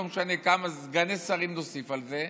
לא משנה כמה סגני שרים נוסיף על זה,